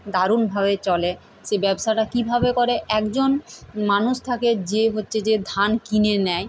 দারুণভাবে চলে সে ব্যবসাটা কীভাবে করে একজন মানুষ থাকে যে হচ্ছে যে ধান কিনে নেয়